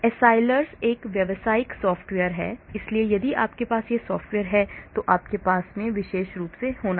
Accelrys एक व्यावसायिक software है इसलिए यदि आपके पास वह सॉफ़्टवेयर है जो आपके पास विशेष रूप से होगा